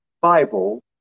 Bible